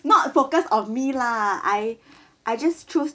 not focus on me lah I I just choose